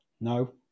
no